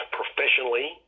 professionally